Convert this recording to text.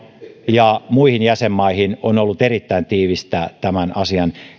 ja muihin jäsenmaihin on olut erittäin tiivistä tämän asian